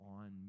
on